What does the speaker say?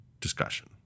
discussion